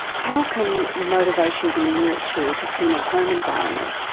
how can motivation be nurtured in a home environment?